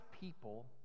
people